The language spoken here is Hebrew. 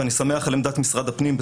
ואני שמח על עמדת משרד הפנים,